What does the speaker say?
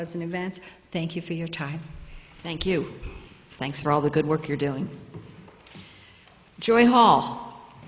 t events thank you for your time thank you thanks for all the good work you're doing join hall